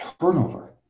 Turnover